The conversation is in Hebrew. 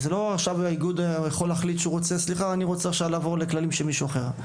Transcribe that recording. זה לא שהאיגוד יכול להחליט שהוא רוצה לעבור לכללים של מישהו אחר.